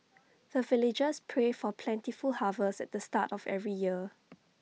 the villagers pray for plentiful harvest at the start of every year